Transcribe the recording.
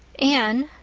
anne,